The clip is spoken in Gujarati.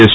એસ